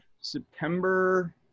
September